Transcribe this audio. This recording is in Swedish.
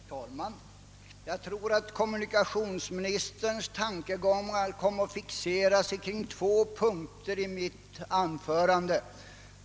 Herr talman! Det verkar som om kommunikationsministerns. tankegångar kom att fixeras kring två punkter i mitt anförande.